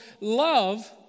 love